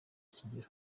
kigero